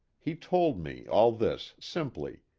he told me all this simply,